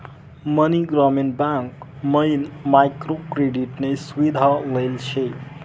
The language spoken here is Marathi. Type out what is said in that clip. मनी ग्रामीण बँक मयीन मायक्रो क्रेडिट नी सुविधा लेल शे